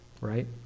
Right